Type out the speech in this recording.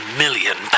million